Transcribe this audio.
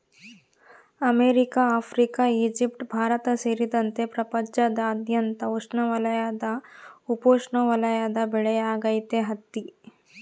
America Africa Egypt Bharat ಸೇರಿದಂತೆ ಪ್ರಪಂಚದಾದ್ಯಂತ ಉಷ್ಣವಲಯದ ಉಪೋಷ್ಣವಲಯದ ಬೆಳೆಯಾಗೈತಿ ಹತ್ತಿ